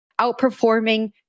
outperforming